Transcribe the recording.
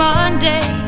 Monday